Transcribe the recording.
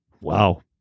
wow